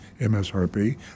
MSRP